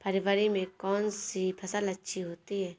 फरवरी में कौन सी फ़सल अच्छी होती है?